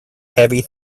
heavy